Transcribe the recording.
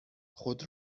خود